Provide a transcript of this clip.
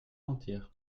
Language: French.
mentir